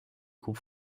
groupe